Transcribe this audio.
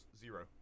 Zero